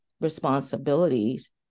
responsibilities